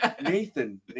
Nathan